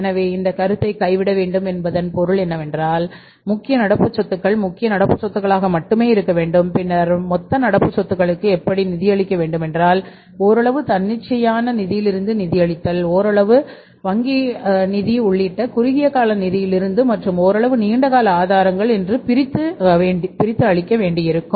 எனவே இந்த கருத்தை கைவிட வேண்டும் என்பதன் பொருள் என்னவென்றால் முக்கிய நடப்பு சொத்துகள் மொத்த நடப்பு சொத்துகளாக மட்டுமே இருக்க வேண்டும் பின்னர் மொத்த நடப்பு சொத்துக்களுக்கு எப்படி நிதி அளிக்க வேண்டுமென்றால் ஓரளவு தன்னிச்சையான நிதியிலிருந்து நிதியளித்தல் ஓரளவு வங்கி நிதி உள்ளிட்ட குறுகிய கால நிதியிலிருந்து மற்றும் ஓரளவு நீண்ட கால ஆதாரங்கள் என்று பிரித்து அளிக்க வேண்டியிருக்கும்